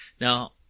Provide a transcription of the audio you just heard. Now